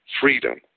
freedom